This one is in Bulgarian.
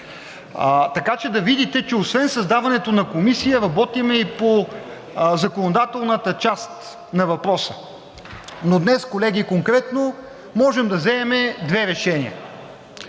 така че да видите, че освен създаване на комисия работим и по законодателната част на въпроса. Но днес, колеги, конкретно, можем да вземем две решения.